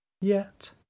Yet